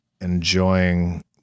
enjoying